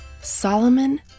Solomon